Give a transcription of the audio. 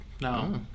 no